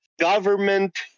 government